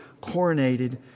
coronated